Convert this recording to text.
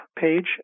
page